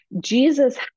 jesus